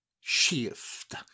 Shift